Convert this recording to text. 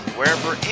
Wherever